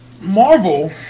Marvel